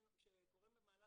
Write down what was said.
זה מה שאני אומר.